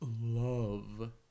love